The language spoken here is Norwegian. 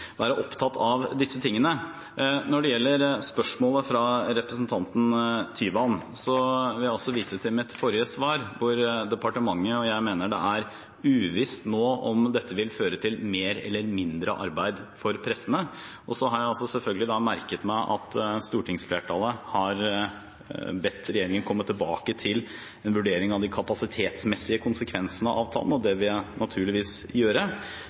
være opptatt av disse tingene. Når det gjelder spørsmålet fra representanten Tyvand, vil jeg vise til mitt forrige svar – at departementet og jeg mener det er uvisst nå om dette vil føre til mer eller mindre arbeid for prestene. Så har jeg selvfølgelig merket meg at stortingsflertallet har bedt regjeringen komme tilbake til en vurdering av de kapasitetsmessige konsekvensene av avtalen, og det vil jeg naturligvis gjøre.